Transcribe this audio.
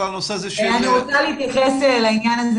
אני רוצה להתייחס לעניין הזה.